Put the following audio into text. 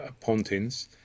Pontins